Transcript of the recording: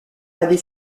avait